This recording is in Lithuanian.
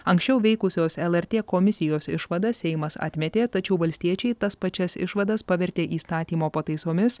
anksčiau veikusios lrt komisijos išvadą seimas atmetė tačiau valstiečiai tas pačias išvadas pavertė įstatymo pataisomis